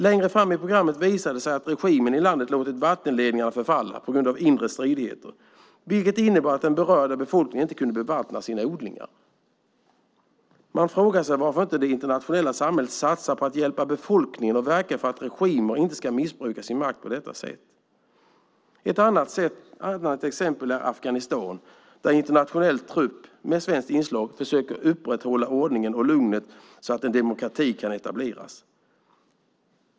Längre fram i programmet visade det sig att regimen i landet hade låtit vattenledningarna förfalla på grund av inre stridigheter, vilket innebar att den berörda befolkningen inte kunde bevattna sina odlingar. Man frågar sig varför inte det internationella samhället satsar på att hjälpa befolkningen och verkar för att regimer inte ska missbruka sin makt på detta sätt. Ett annat exempel är Afghanistan, där internationell trupp med svenskt inslag försöker upprätthålla ordningen och lugnet så att en demokrati kan etableras.